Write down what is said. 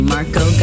Marco